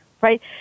right